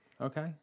Okay